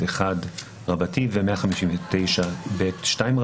159ב1 ו-159ב2,